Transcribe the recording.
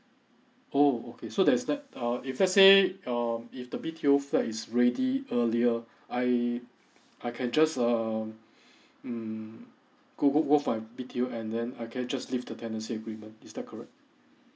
oh okay so that is left err if let's say um if the B_T_O flat is ready earlier I I can just err mm go go go for an B_T_O and and then I can just leave the tenancy agreement is that correct